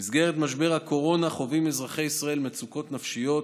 במסגרת משבר הקורונה חווים אזרחי ישראל מצוקות נפשיות,